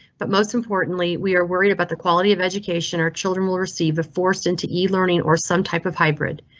but most importantly, we are worried about the quality of education our children will receive a forced into e learning or some type of hybrid.